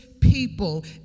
people